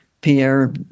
Pierre